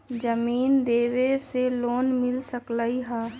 जमीन देवे से लोन मिल सकलइ ह?